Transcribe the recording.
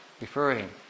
referring